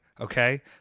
okay